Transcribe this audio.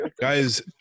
Guys